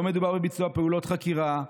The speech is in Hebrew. לא מדובר בביצוע פעולות חקירה,